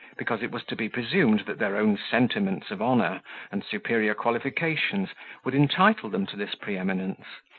because it was to be presumed that their own sentiments of honour and superior qualifications would entitle them to this pre-eminence,